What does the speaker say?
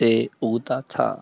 से उगता था